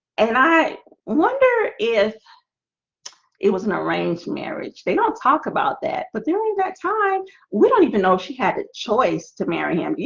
and i wonder if it was an arranged marriage. they don't talk about that, but during that time we don't even know she had a choice to marry him. yeah